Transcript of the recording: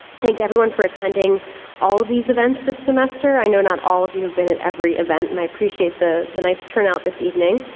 thank everyone for attending all of these events this semester. i know not all of you have been at every event and i appreciate the, the nice turnout this evening.